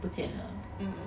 不见了